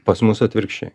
pas mus atvirkščiai